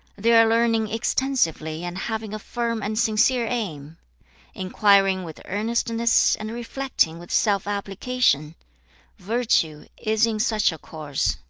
there are learning extensively, and having a firm and sincere aim inquiring with earnestness, and reflecting with self-application virtue is in such a course